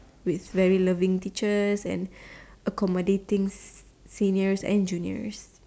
with very loving teachers and accommodating seniors and juniors